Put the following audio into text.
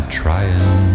trying